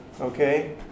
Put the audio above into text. okay